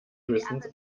höchstens